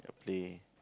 to play